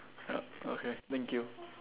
yup okay thank you